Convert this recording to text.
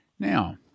Now